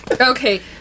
Okay